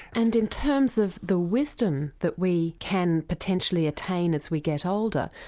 and in terms of the wisdom that we can potentially attain as we get older,